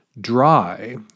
dry